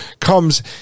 comes